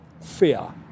fear